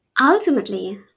Ultimately